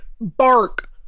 bark